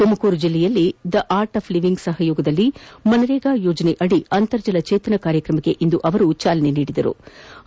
ತುಮಕೂರು ಜಿಲ್ಲೆಯಲ್ಲಿ the art of living ಸಹಯೋಗದಲ್ಲಿ ಮನ್ರೇಗಾ ಯೋಜನೆಯಡಿ ಅಂತರ್ಜಲ ಚೇತನ ಕಾರ್ಯಕ್ರಮಕ್ಕೆ ಇಂದು ಚಾಲನೆ ನೀಡಿ ಅವರು ಮಾತನಾಡಿದರು